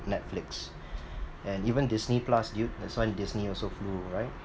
Netflix and even Disney Plus you that's why Disney also flew right